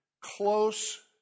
close